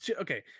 Okay